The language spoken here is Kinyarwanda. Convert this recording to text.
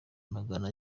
magana